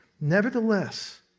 Nevertheless